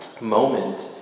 moment